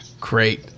great